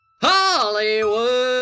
Hollywood